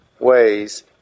ways